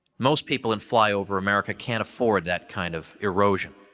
most people in flyover america can't afford that kind of erosion.